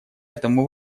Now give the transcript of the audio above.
этому